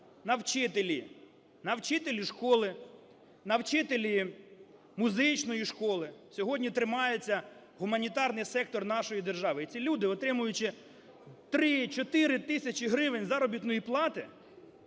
на вчителі школи, на вчителі музичної школи сьогодні тримається гуманітарний сектор нашої держави. І ці люди, отримуючи 3-4 тисячі гривень заробітної плати,